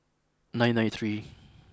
nine nine three